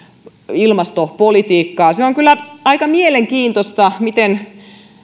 ilmastopolitiikkaa se on kyllä aika mielenkiintoista miten